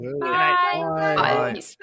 Bye